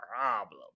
problem